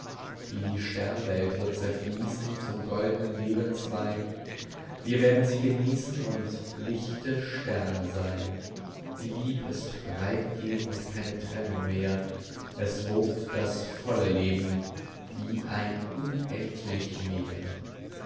die sternwelt wird zerfließen zum goldnen lebens wein wir werden sie genießen und lichte sterne seyn die lieb ist frey gegeben und keine trennung mehr es wogt das volle leben wie ein unendlich meer